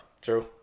True